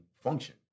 function